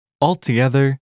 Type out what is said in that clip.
Altogether